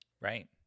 Right